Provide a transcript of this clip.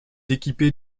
équipée